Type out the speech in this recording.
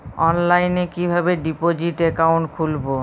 অনলাইনে কিভাবে deposit account খুলবো?